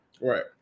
Right